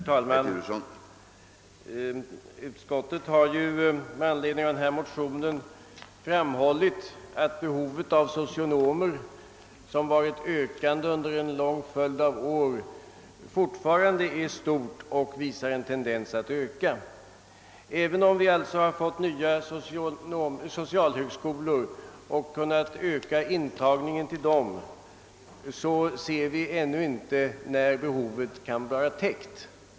Herr talman! Utskottet har med anledning av denna motion framhållit att behovet av socionomer, vilket vuxit under en lång följd av år, fortfarande är stort och visar en tendens att öka. även om vi fått nya socialhögskolor och kunnat öka intagningen till dem, ser vi ännu inte den tidpunkt när behovet kan vara täckt.